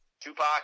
Tupac